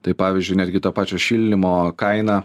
tai pavyzdžiui netgi tą pačią šildymo kainą